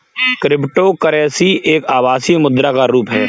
cryptocurrency एक आभासी मुद्रा का रुप है